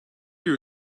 you